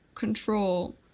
control